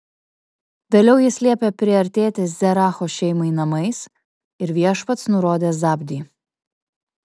vėliau jis liepė priartėti zeracho šeimai namais ir viešpats nurodė zabdį